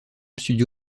studio